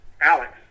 Alex